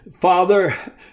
Father